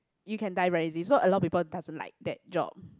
you can die very easy so a lot of people doesn't like that job